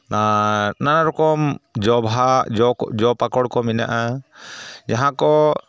ᱟᱨ ᱱᱟᱱᱟ ᱨᱚᱠᱚᱢ ᱡᱚ ᱵᱟᱦᱟ ᱡᱚ ᱡᱚ ᱯᱟᱠᱚᱲ ᱠᱚ ᱢᱮᱱᱟᱜᱼᱟ ᱡᱟᱦᱟᱸ ᱠᱚ